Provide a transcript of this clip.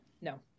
No